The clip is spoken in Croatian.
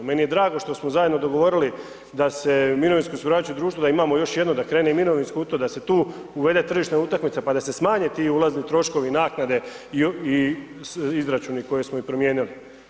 Meni je drago što smo zajedno dogovorili da se mirovinsko osiguravajuće društvo da imamo još jedno da krene mirovinsko u to, da se tu uvede tržišna utakmica pa da se smanje ti ulazni troškovi, naknade i izračuni koje smo i promijenili.